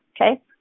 okay